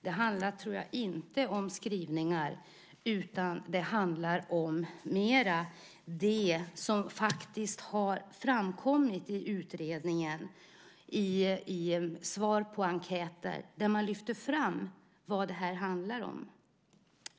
Jag tror inte att det handlar om skrivningar utan mer om det som faktiskt har framkommit i utredningen i svar på enkäter och där man lyfter vad detta handlar om.